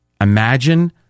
Imagine